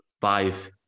Five